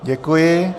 Děkuji.